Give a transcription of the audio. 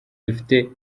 dufite